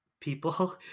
people